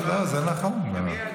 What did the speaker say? לא, לא, זה נכון, מה.